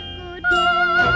goodbye